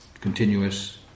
continuous